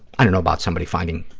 i don't know about somebody finding,